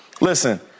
Listen